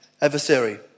adversary